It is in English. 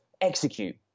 Execute